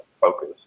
focus